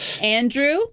Andrew